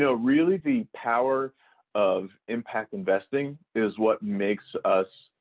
you know really, the power of impact investing is what makes us,